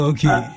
Okay